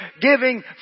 giving